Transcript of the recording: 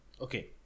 Okay